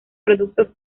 productos